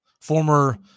former